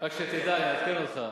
רק שתדע, אני מעדכן אותך